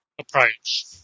approach